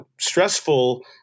stressful